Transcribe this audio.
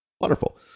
Wonderful